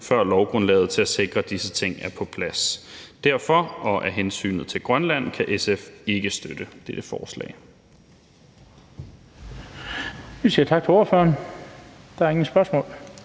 før lovgrundlaget til at sikre disse ting er på plads. Derfor og af hensyn til Grønland kan SF ikke støtte dette forslag.